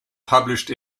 published